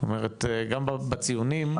זאת אומרת, גם בציונים,